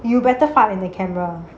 you better fart in the camera